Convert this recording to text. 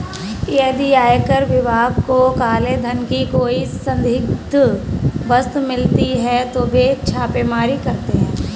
यदि आयकर विभाग को काले धन की कोई संदिग्ध वस्तु मिलती है तो वे छापेमारी करते हैं